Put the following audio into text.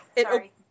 Sorry